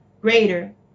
greater